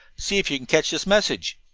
see if you can catch this message.